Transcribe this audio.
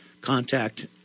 contact